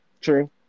True